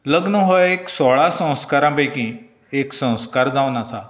लग्न हो एक सोळा संस्कारा पैकी एक संस्कार जावन आसा